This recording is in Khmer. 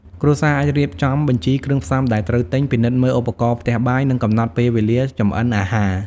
គ្រួសារអាចរៀបចំបញ្ជីគ្រឿងផ្សំដែលត្រូវទិញ ពិនិត្យមើលឧបករណ៍ផ្ទះបាយ និងកំណត់ពេលវេលាចម្អិនអាហារ ។